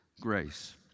grace